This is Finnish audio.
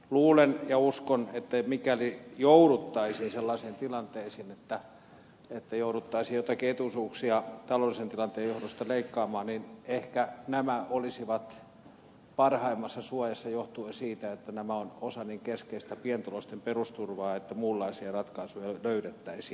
luulen ja uskon että mikäli jouduttaisiin sellaisiin tilanteisiin että jouduttaisiin joitakin etuisuuksia taloudellisen tilanteen johdosta leikkaamaan niin ehkä nämä olisivat parhaimmassa suojassa johtuen siitä että nämä ovat osa niin keskeistä pienituloisten perusturvaa että muunlaisia ratkaisuja löydettäisiin